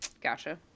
Gotcha